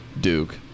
duke